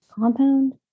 compound